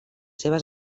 seves